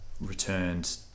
returned